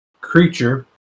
Creature